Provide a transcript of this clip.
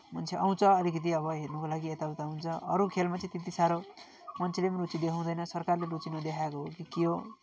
मान्छे आउँछ अलिकिति अब हेर्नुको लागि यताउता हुन्छ अरू खेलमा चाहिँ त्यति साह्रो मान्छेले पनि रुचि देखाउँदैन सरकारले रुचि नदेखाएको हो कि के हो